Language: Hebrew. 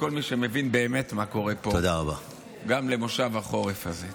לכל מי שמבין מה באמת קורה פה גם למושב החורף הזה.